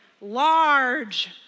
large